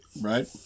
Right